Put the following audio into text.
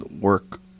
work